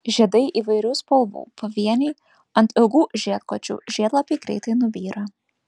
žiedai įvairių spalvų pavieniai ant ilgų žiedkočių žiedlapiai greitai nubyra